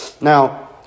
Now